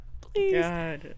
Please